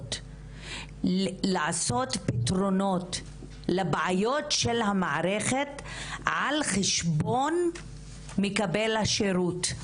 להיות לעשות פתרונות לבעיות של המערכת על חשבון מקבל השירות.